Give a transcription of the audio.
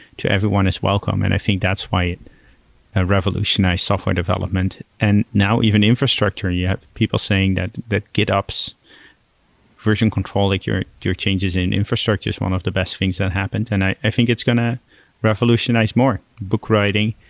to everyone is welcome, and i think that's why a revolutionized software development, and now even infrastructure, you have people saying that that git ops version control, like your your changes in infrastructure is one of the best things that happened, and i think it's going to revolutionize more, book writing.